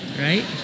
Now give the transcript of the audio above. Right